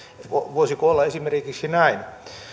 voisiko olla esimerkiksi näin